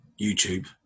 YouTube